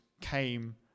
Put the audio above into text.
came